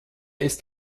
ist